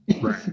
right